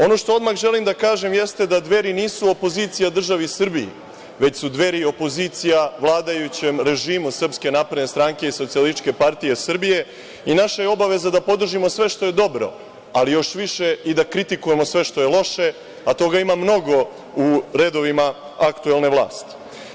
Ono što odmah želim da kažem jeste da Dveri nisu opozicija državi Srbiji, već su Dveri opozicija vladajućem režimu SNS i SPS i naša je obaveza da podržimo sve što je dobro, ali još više da kritikujemo sve što je loše, a toga ima mnogo u redovima aktuelne vlasti.